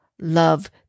love